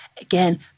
Again